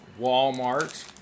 Walmart